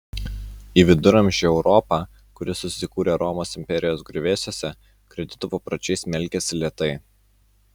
į viduramžių europą kuri susikūrė romos imperijos griuvėsiuose kredito papročiai smelkėsi lėtai